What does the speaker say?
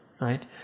Right